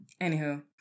anywho